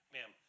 Ma'am